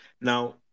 Now